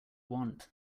want